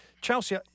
Chelsea